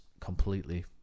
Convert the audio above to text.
completely